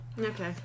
Okay